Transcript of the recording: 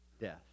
death